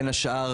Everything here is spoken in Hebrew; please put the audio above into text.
בין השאר